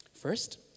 First